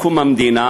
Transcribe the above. ומאיראן,